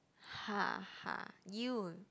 haha you